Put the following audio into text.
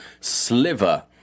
Sliver